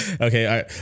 okay